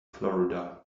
florida